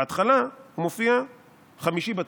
בהתחלה הוא מופיע חמישי בתור,